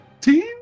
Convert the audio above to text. team